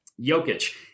Jokic